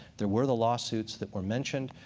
there were the lawsuits that were mentioned.